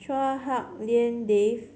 Chua Hak Lien Dave